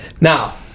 now